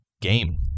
game